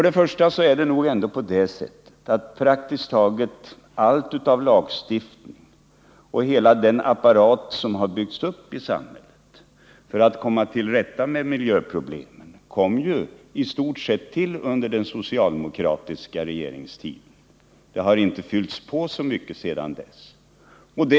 Det är nog ändå på det sättet att praktiskt taget allt av lagstiftning och hela den apparat som har byggts i samhället för att komma till rätta med miljöproblemen kom till under den socialdemokratiska regeringstiden. Det har inte fyllts på så mycket sedan dess.